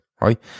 right